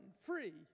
Free